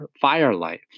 firelight